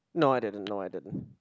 no I didn't no I didn't